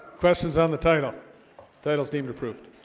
questions on the title titles deemed approved